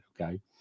okay